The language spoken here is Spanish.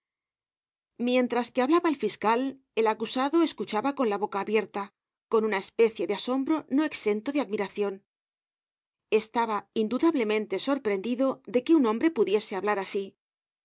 mientras que hablaba el fiscal el acusado escuchaba con la boca abierta con una especie de asombro no exento de admiracion estaba indudablemente sorprendendido de que un hombre pudiese hablar asi